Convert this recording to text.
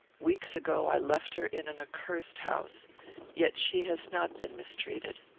weeks ago, i left her in an accursed house yet she has not been mistreated.